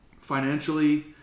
financially